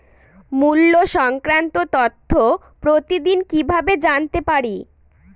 মুল্য সংক্রান্ত তথ্য প্রতিদিন কিভাবে জানতে পারি?